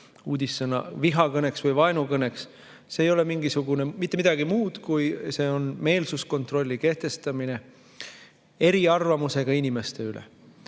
uudissõna – vihakõneks või vaenukõneks, ei ole mitte midagi muud, kui meelsuskontrolli kehtestamine eriarvamusega inimeste üle.